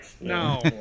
No